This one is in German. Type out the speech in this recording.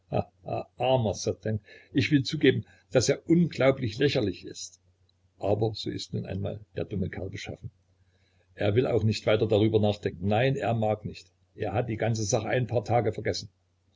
ich will zugeben daß er unglaublich lächerlich ist aber so ist nun einmal der dumme kerl beschaffen er will auch nicht weiter darüber nachdenken nein er mag nicht er hat die ganze sache ein paar tage vergessen